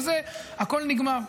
הכול נגמר.